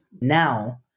Now